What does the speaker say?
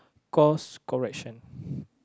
course correction